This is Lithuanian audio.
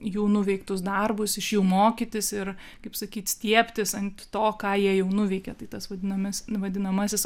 jų nuveiktus darbus iš jų mokytis ir kaip sakyt stiebtis ant to ką jie jau nuveikė tai tas vadinamas vadinamasis